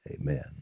amen